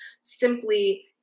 simply